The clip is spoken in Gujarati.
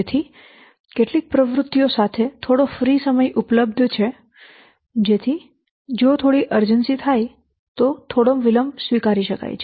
તેથી કેટલીક પ્રવૃત્તિઓ સાથે થોડો ફ્રી સમય ઉપલબ્ધ છે જેથી જો થોડી તાકીદ થાય તો થોડો વિલંબ સ્વીકારી શકાય છે